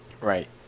Right